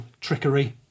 trickery